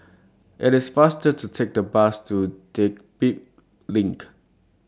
IT IS faster to Take The Bus to Dedap LINK